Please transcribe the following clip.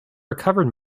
recovered